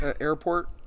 airport